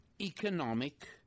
economic